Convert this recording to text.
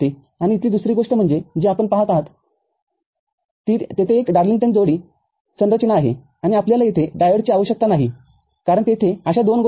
आणि इथली दुसरी गोष्ट म्हणजे जी आपण पहात आहात ती येथे एक डार्लिंग्टन जोडी संरचना आहे आणि आपल्याला येथे डायोडची आवश्यकता नाही कारण तेथे अशा दोन गोष्टी आहेत